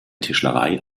tischlerei